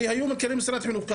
הרי היו מנכ"לי משרד חינוך.